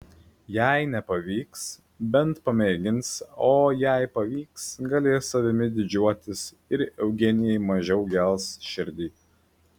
jei nepavyks bent pamėgins o jei pavyks galės savimi didžiuotis ir eugenijai mažiau gels širdį